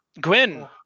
Gwyn